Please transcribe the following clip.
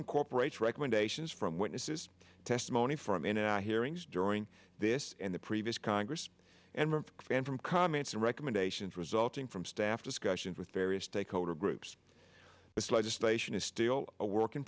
incorporates recommendations from witnesses testimony from in our hearings during this in the previous congress and and from comments and recommendations resulting from staff discussions with various stakeholder groups but legislation is still a work in